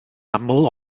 aml